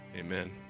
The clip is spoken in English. Amen